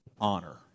honor